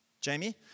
Jamie